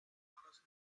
humorous